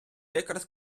якраз